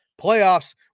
playoffs